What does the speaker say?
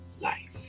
life